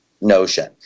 notion